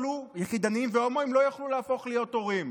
יחידניים והומואים לא יוכלו להפוך להיות הורים.